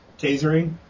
Tasering